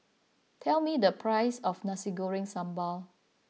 tell me the price of Nasi Goreng Sambal